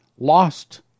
lost